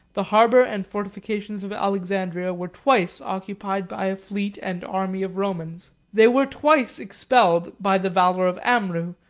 the harbor and fortifications of alexandria were twice occupied by a fleet and army of romans. they were twice expelled by the valor of amrou,